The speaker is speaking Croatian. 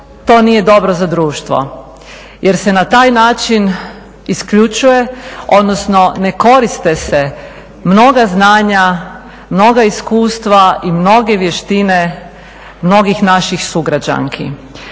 to nije dobro za društvo jer se na taj način isključuje, odnosno ne koriste se mnoga znanja, mnoga iskustva i mnoge vještine mnogih naših sugrađanki.